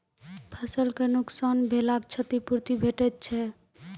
फसलक नुकसान भेलाक क्षतिपूर्ति भेटैत छै?